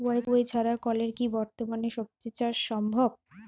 কুয়োর ছাড়া কলের কি বর্তমানে শ্বজিচাষ সম্ভব?